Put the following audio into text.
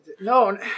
No